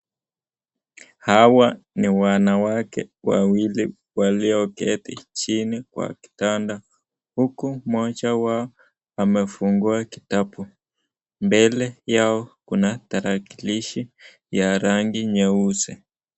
Hawa ni wanawake wawili walioketi chini kwa kitanda huku mmoja wao amefungua kitabu, mbele yao kuna tarakilishi ya rangi nyeusi.